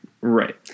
Right